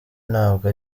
ntabwo